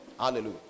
Hallelujah